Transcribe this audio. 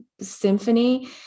symphony